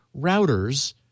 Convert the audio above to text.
routers